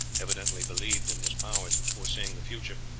evidently believed in his powers of foreseeing the future,